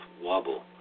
wobble